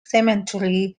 cemetery